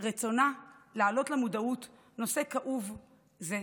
רצונה להעלות למודעות נושא כאוב זה,